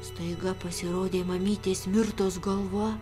staiga pasirodė mamytės mirtos galva